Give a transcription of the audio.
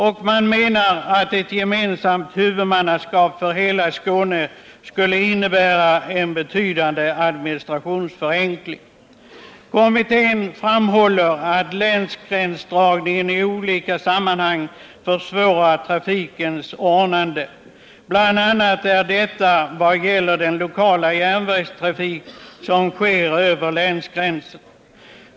Kommittén anser att ett gemensamt huvudmannaskap för hela Skåne skulle medföra en betydande administrationsförenkling. Kommittén framhåller att länsgränsdragningen i olika sammanhang försvårar trafikens ordnande. BI. a. gäller detta den lokala järnvägstrafiken över länsgränsen.